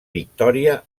victòria